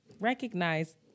recognize